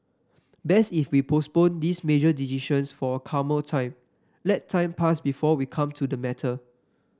best if we postponed this major decisions for a calmer time let time pass before we come to the matter